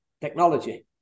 technology